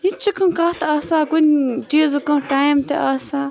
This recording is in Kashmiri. یہِ تہِ چھِ کانٛہہ کَتھ آسَن کُنہِ چیٖزُک کانٛہہ ٹایِم تہِ آسان